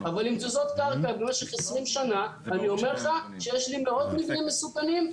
אבל עם תזוזות קרקע במשך 20 שנה אני אומר לך שיש לי מאות מבנים מסוכנים.